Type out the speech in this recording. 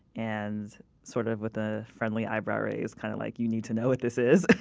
and, sort of with a friendly eyebrow raise, kind of like, you need to know what this is.